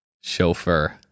chauffeur